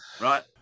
right